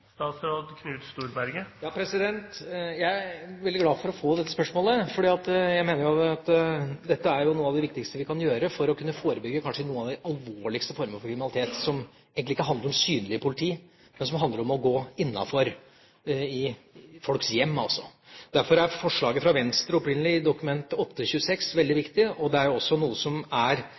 Jeg er veldig glad for å få dette spørsmålet. Jeg mener jo at dette er noe av det viktigste vi kan gjøre for å kunne forebygge kanskje noen av de alvorligste former for kriminalitet, som egentlig ikke handler om synlig politi, men som handler om å gå inn i folks hjem. Derfor er forslaget fra Venstre, Dokument nr. 8:26, veldig viktig, og det er jo også tiltak som er